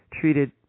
treated